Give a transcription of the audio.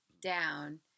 down